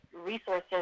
resources